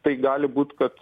tai gali būt kad